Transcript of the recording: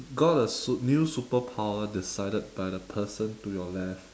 got a sup~ new superpower decided by the person to your left